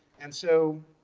and so,